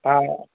हा